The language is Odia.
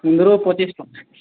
କୁନ୍ଦ୍ରୁ ପଚିଶି ଟଙ୍କା